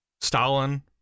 Stalin